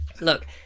Look